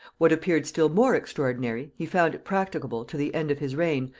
what appeared still more extraordinary, he found it practicable, to the end of his reign,